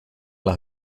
las